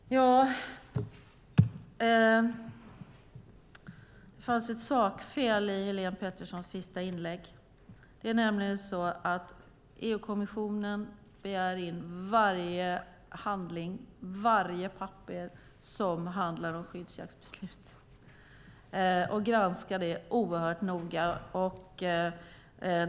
Herr talman! Det fanns ett sakfel i Helén Petterssons sista inlägg. Det är nämligen så att EU-kommissionen begär in varje handling, varje papper, som handlar om skyddsjaktsbeslut och granskar dem oerhört noga.